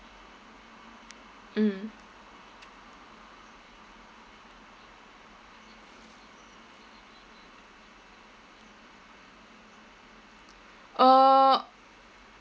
mm uh